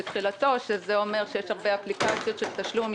שיש הרבה אפליקציות של תשלום,